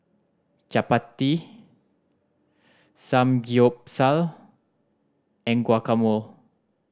Chapati Samgyeopsal and Guacamole